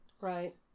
Right